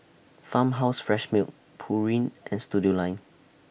Farmhouse Fresh Milk Pureen and Studioline